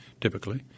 typically